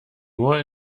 nur